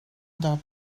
doubt